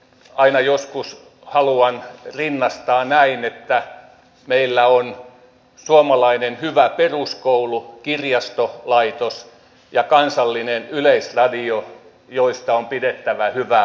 aina joskus haluan rinnastaa näin että meillä on suomalainen hyvä peruskoulu kirjastolaitos ja kansallinen yleisradio joista on pidettävä hyvää huolta